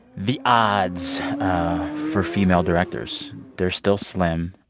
the odds for female directors. they're still slim.